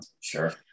sure